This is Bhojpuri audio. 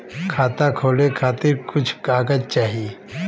खाता खोले के खातिर कुछ कागज चाही?